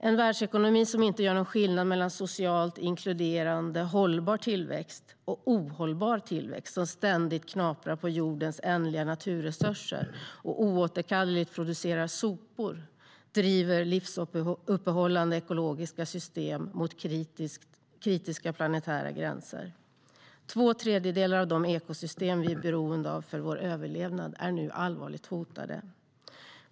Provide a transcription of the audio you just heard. En världsekonomi som inte gör någon skillnad mellan socialt inkluderande, hållbar tillväxt och ohållbar tillväxt, som ständigt knaprar på jorden ändliga naturresurser och oåterkalleligt producerar sopor, driver livsuppehållande ekologiska system mot kritiska planetära gränser.Två tredjedelar av de ekosystem vi är beroende av för vår överlevnad är allvarligt hotade.